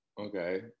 okay